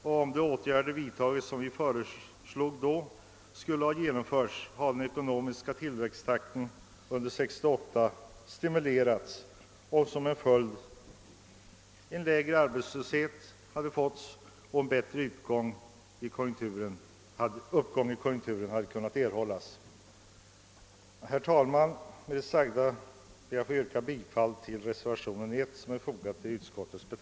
Om de åtgärder vi föreslog hade vidtagits, skulle den ekonomiska tillväxten under 1968 ha stimulerats och som följd härav skulle arbetslöshetssiffrorna ha blivit lägre och uppgången i konjunkturen blivit snabbare. Herr talman! Med det sagda ber jag att få yrka bifall till reservation nr 1.